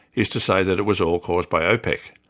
is to say that it was all caused by opec,